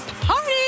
party